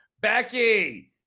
becky